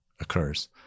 occurs